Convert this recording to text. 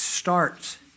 Starts